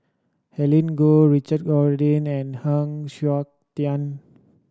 Goh Richard Corridon and Heng Siok Tian